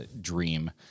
dream